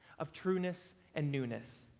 of trueness and newness.